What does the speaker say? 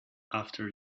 after